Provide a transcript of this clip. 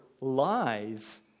lies